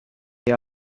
they